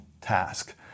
task